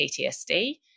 PTSD